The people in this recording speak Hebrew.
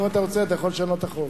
אם אתה רוצה אתה יכול לשנות את החוק.